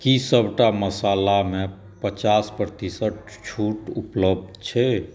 कि सबटा मसालामे पचास प्रतिशत छूट उपलब्ध छै